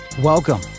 welcome